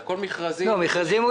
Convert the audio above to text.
בוודאי במכרזים.